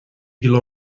gcill